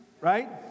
right